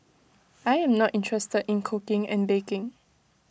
I am not interested in cooking and baking